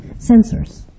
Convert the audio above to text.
sensors